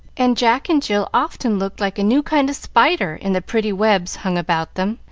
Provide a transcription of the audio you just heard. and jack and jill often looked like a new kind of spider in the pretty webs hung about them,